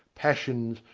passions,